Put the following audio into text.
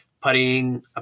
putting